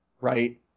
Right